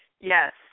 Yes